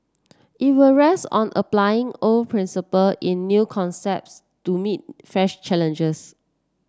it will rest on applying old principle in new contexts to meet fresh challenges